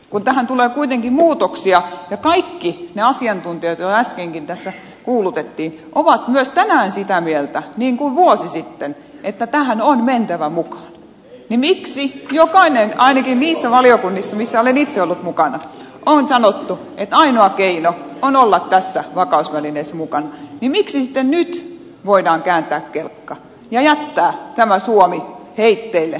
kun tähän tulee kuitenkin muutoksia ja kaikki ne asiantuntijat joita äskenkin tässä kuulutettiin ovat myös tänään sitä mieltä niin kuin vuosi sitten että tähän on mentävä mukaan ainakin niissä valiokunnissa missä olen itse ollut mukana on sanottu että ainoa keino on olla tässä vakausvälineessä mukana niin miksi sitten nyt voidaan kääntää kelkka ja jättää tämä suomi heitteille myöskin tältä osin